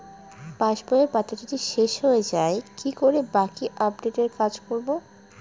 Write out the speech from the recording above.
পাসবইয়ের পাতা যদি শেষ হয়ে য়ায় কি করে বাকী আপডেটের কাজ করব?